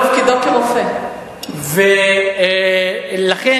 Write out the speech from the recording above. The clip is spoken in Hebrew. לסגת מהשטחים הכבושים ולאפשר